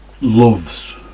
loves